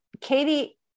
Katie